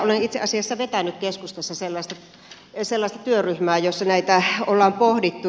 olen itse asiassa vetänyt keskustassa sellaista työryhmää jossa näitä on pohdittu